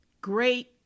great